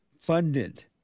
funded